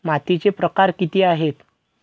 मातीचे प्रकार किती आहेत?